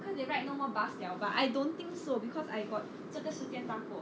cause they write no more bus liao but I don't think so because I got 这个时间搭过